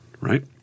right